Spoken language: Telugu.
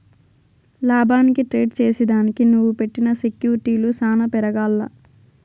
లాభానికి ట్రేడ్ చేసిదానికి నువ్వు పెట్టిన సెక్యూర్టీలు సాన పెరగాల్ల